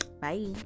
bye